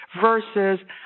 versus